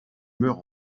meurt